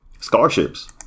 scholarships